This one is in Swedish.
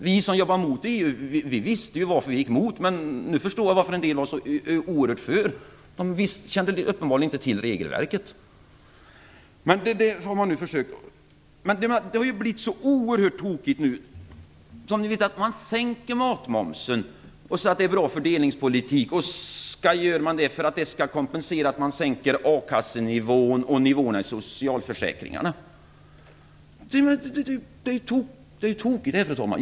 Vi som jobbar mot EU visste ju varför vi gick emot, men nu förstår jag varför en del var så oerhört för. De kände uppenbarligen inte till regelverket. Nu har det blivit så oerhört tokigt. Man sänker matmomsen och säger att det är bra fördelningspolitik. Man gör det för att kompensera en sänkning av akassenivån och nivåerna i socialförsäkringarna. Men det är ju tokigt, fru talman!